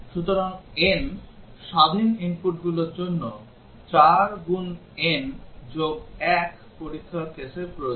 সুতরাং n স্বাধীন ইনপুটগুলির জন্য আমাদের 4n1 পরীক্ষার কেসের প্রয়োজন